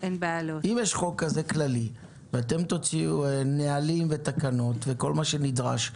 אם יש חוק כזה כללי ואתם תוציאו נהלים ותקנות וכל מה שנדרש,